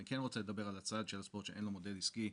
אני כן רוצה לדבר על הצד של הספורט שאין לו מודל עסקי,